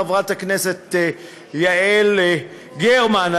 חברת הכנסת יעל גרמן,